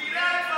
מילה.